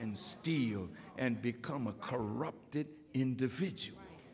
and steal and become a corrupted individual